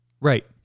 Right